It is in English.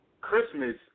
Christmas